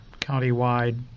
countywide